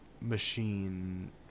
machine